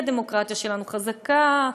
הדמוקרטיה שלנו חזקה,